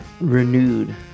renewed